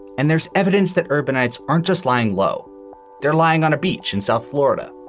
and there's evidence that urbanites aren't just lying low they're lying on a beach in south florida.